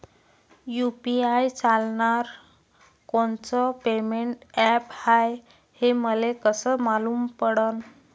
UPI चालणारं कोनचं payment app हाय, हे मले कस मालूम पडन?